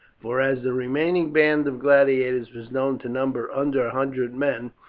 for as the remaining band of gladiators was known to number under a hundred men,